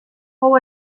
fou